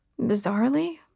Bizarrely